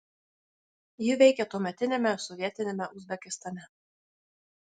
ji veikė tuometiniame sovietiniame uzbekistane